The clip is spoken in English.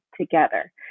together